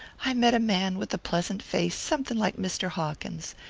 i met a man with a pleasant face, something like mr. hawkins,